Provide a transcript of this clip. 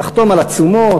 נחתום על עצומות,